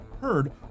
heard